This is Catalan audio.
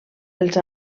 els